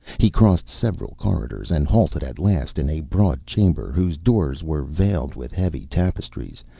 he crossed several corridors and halted at last in a broad chamber whose doors were veiled with heavy tapestries,